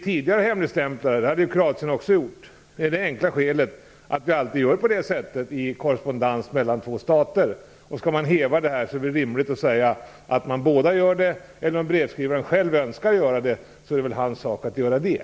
Tidigare hemligstämplar, så har Kroatien också gjort, sammanhänger med det enkla skälet att vi alltid gör på det sättet i korrespondensen mellan två stater. Skall hemligstämpeln hävas är det rimligt att säga att båda gör det. Och om brevskrivaren själv önskar göra det, är det väl hans sak att göra det.